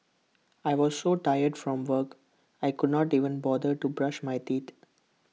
I was so tired from work I could not even bother to brush my teeth